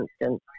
instance